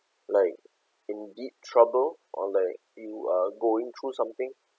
like in deep trouble or like you are going through something